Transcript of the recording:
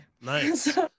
Nice